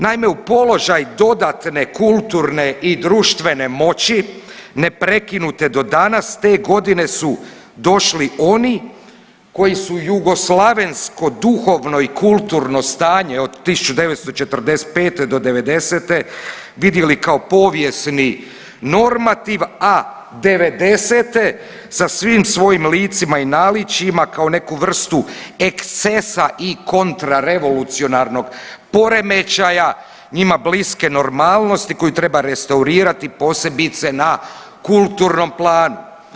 Naime u položaj dodatne kulturne i društvene moći neprekinute do danas te godine su došli oni koji su jugoslavensko, duhovno i kulturno stanje od 1945. do '90. vidjeli kao povijesni normativ, a '90. sa svim svojim licima i naličjima kao neku vrstu ekscesa i kontrarevolucionarnog poremećaja njima bliske normalnosti koju treba restaurirati posebice na kulturnom planu.